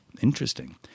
Interesting